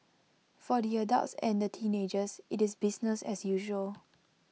for the adults and the teenagers IT is business as usual